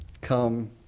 come